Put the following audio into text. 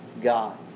God